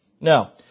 Now